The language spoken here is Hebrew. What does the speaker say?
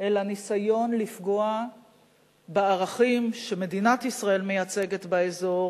אלא ניסיון לפגוע בערכים שמדינת ישראל מייצגת באזור,